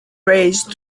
raised